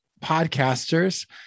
podcasters